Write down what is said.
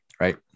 Right